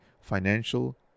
financial